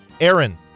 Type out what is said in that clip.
Aaron